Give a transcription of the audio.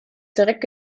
direkt